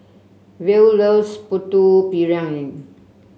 Verl loves Putu Piring